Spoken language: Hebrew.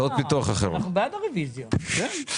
מי בעד הרוויזיה?